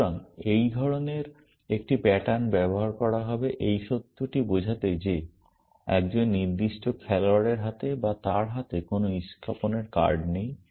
সুতরাং এই ধরনের একটি প্যাটার্ন ব্যবহার করা হবে এই সত্যটি বোঝাতে যে একজন নির্দিষ্ট খেলোয়াড়ের হাতে বা তার হাতে কোনো ইষ্কাপনের কার্ড নেই